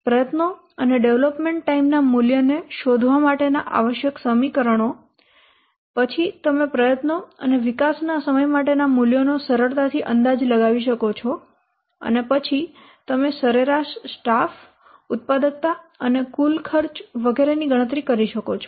પ્રયત્નો અને development time ના મૂલ્યને શોધવા માટેના આવશ્યક સમીકરણો પછી તમે પ્રયત્નો અને વિકાસના સમય માટેના મૂલ્યોનો સરળતાથી અંદાજ લગાવી શકો છો અને પછી તમે સરેરાશ સ્ટાફ ઉત્પાદકતા અને કુલ ખર્ચ વગેરેની ગણતરી કરી શકો છો